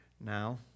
Now